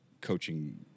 coaching